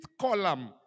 column